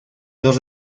los